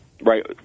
Right